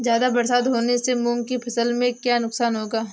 ज़्यादा बरसात होने से मूंग की फसल में क्या नुकसान होगा?